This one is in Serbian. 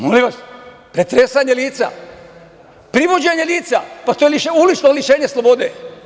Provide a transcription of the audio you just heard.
Molim vas, pretresanje lica, privođenje lica, pa to je ulično lišenje slobode.